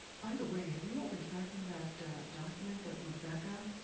by the way, have you all been tracking that document that rebecca,